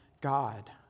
God